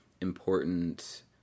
important